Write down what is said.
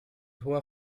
hoher